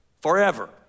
forever